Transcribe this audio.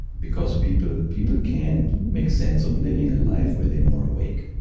because people people can make sense of living a life where they're more awake.